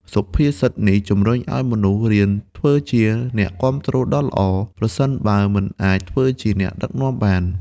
សុភាសិតនេះជំរុញឱ្យមនុស្សរៀនធ្វើជាអ្នកគាំទ្រដ៏ល្អ ប្រសិនបើមិនអាចធ្វើជាអ្នកដឹកនាំបាន។